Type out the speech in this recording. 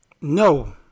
No